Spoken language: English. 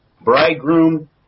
bridegroom